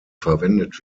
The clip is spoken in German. verwendet